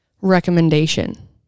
recommendation